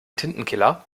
tintenkiller